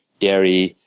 dairy,